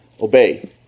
obey